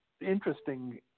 interesting